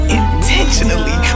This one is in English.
intentionally